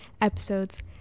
episodes